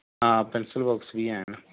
हां pencil box बी हैन